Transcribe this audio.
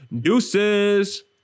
Deuces